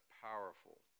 powerful